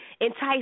entice